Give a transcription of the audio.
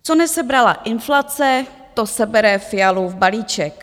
Co nesebrala inflace, to sebere Fialův balíček.